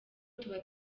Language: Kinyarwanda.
tuba